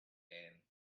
ann